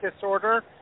disorder